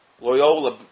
Loyola